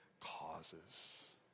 causes